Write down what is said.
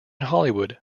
hollywood